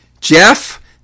Jeff